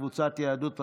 קבוצת יהדות התורה.